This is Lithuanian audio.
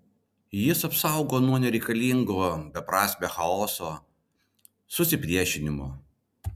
jis apsaugo nuo nereikalingo beprasmio chaoso susipriešinimo